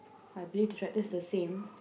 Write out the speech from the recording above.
I believe the tractor is the same